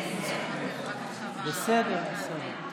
תתחילי מההתחלה.